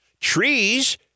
Trees